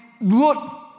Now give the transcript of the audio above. look